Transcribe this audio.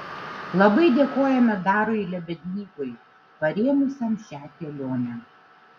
labai dėkojame dariui lebednykui parėmusiam šią kelionę